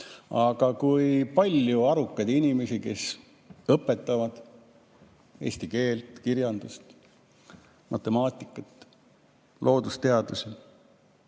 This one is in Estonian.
Aga kui paljud arukad inimesed, kes õpetavad eesti keelt, kirjandust, matemaatikat, loodusteadusi,